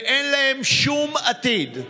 ואין להם שום עתיד.